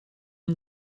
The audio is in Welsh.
yng